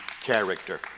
character